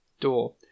door